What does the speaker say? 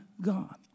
God